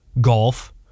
Golf